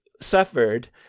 suffered